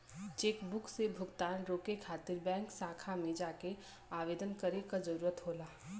chequebook से भुगतान रोके खातिर बैंक शाखा में जाके आवेदन करे क जरुरत होला